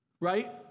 right